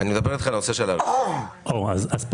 זה דבר